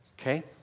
Okay